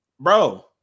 Bro